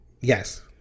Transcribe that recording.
Yes